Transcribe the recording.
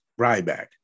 Ryback